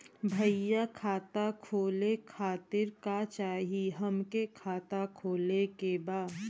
भईया खाता खोले खातिर का चाही हमके खाता खोले के बा?